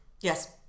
Yes